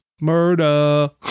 Murder